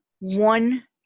one